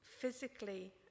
Physically